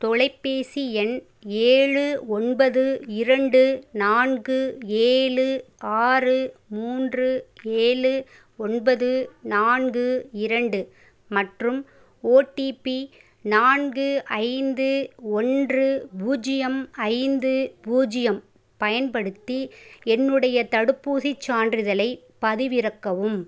தொலைபேசி எண் ஏழு ஒன்பது இரண்டு நான்கு ஏழு ஆறு மூன்று ஏழு ஒன்பது நான்கு இரண்டு மற்றும் ஓடிபி நான்கு ஐந்து ஒன்று பூஜ்ஜியம் ஐந்து பூஜ்ஜியம் பயன்படுத்தி என்னுடைய தடுப்பூசிச் சான்றிதழைப் பதிவிறக்கவும்